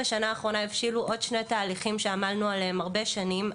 בשנה האחרונה הבשילו עוד שני תהליכים שעמלנו עליהם הרבה שנים.